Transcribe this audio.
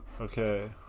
Okay